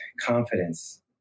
confidence